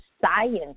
science